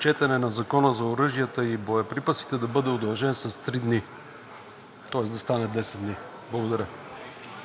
четене на Закона за оръжията и боеприпасите – да бъде удължен с три дни, тоест да стане 10 дни. Благодаря.